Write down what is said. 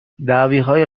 دعویهای